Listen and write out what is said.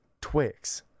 Twix